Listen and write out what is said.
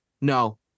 no